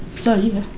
so yeah.